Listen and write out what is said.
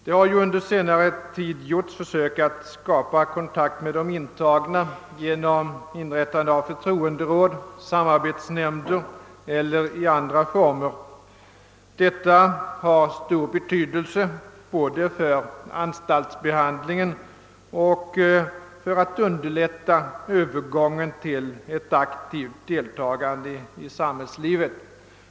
Det har ju under senare tid gjorts försök att skapa kontakt med de intagna genom införande av förtroenderåd, samarbetsnämnder o. s. v. Detta har stor betydelse både för anstaltsbehandlingen och för att underlätta övergången till aktivt deltagande i samhällslivet.